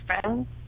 friends